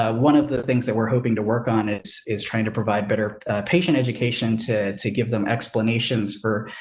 ah one of the things that we're hoping to work on is is trying to provide better a patient education to, to give them explanations for,